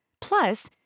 Plus